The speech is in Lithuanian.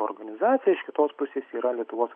organizacija iš kitos pusės yra lietuvos